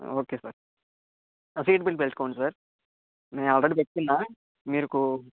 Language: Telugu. ఓకే సార్ సీట్ బెల్ట్ పెట్టుకోండి సార్ నేను ఆల్రెడీ పెట్టుకున్నాను మీకు